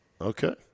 Okay